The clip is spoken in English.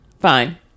Fine